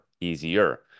Easier